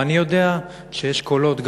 ואני יודע שיש קולות,